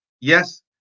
Yes